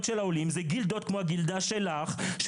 של העולים זה גילדות כמו הגילדה שלך,